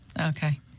Okay